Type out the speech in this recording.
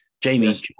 Jamie